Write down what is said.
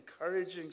encouraging